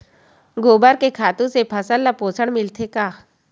गोबर के खातु से फसल ल पोषण मिलथे का?